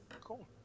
Cool